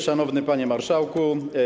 Szanowny Panie Marszałku!